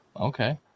Okay